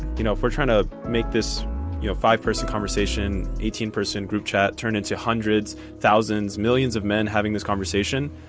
you know, for trying to make this you know five-person person conversation, eighteen person group chat turned into hundreds, thousands, millions of men having this conversation.